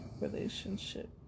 relationship